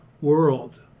world